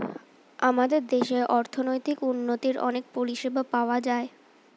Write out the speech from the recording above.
আমাদের দেশে অর্থনৈতিক উন্নতির অনেক পরিষেবা পাওয়া যায়